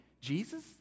Jesus